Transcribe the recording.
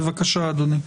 בבקשה, אדוני.